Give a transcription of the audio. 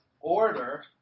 order